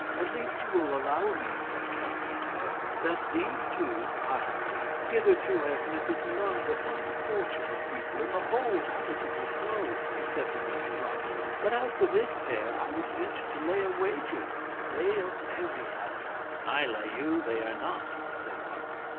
at least you will allow me, said candide to martin, that these two are happy. hitherto i have met with none but unfortunate people in the whole habitable globe, except in el dorado but as to this pair, i would venture to lay a wager that they are very happy. i lay you they are not, said martin.